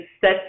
set